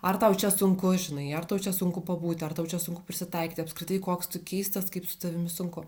ar tau čia sunku žinai ar tau čia sunku pabūti ar tau čia sunku prisitaikyti apskritai koks tu keistas kaip su tavimi sunku